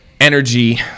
energy